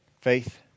Faith